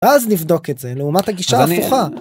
אז נבדוק את זה לעומת הגישה ההפוכה.